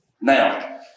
Now